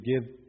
give